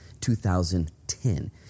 2010